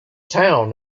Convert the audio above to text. town